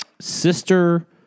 sister